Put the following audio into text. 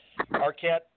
Arquette